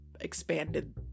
expanded